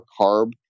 carb